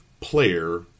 player